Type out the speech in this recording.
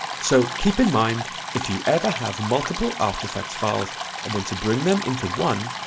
so keep in mind if you ever have multiple after effects files and want to bring them into one,